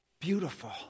beautiful